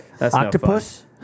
Octopus